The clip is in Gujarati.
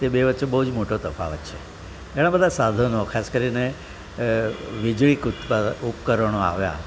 એ બે વચ્ચે બહુ જ મોટો તફાવત છે એનાં બધા સાધનો ખાસ કરીને વીજળીક ઉપકરણો આવ્યાં